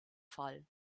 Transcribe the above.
fall